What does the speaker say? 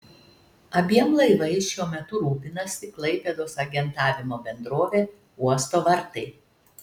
abiem laivais šiuo metu rūpinasi klaipėdos agentavimo bendrovė uosto vartai